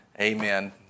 Amen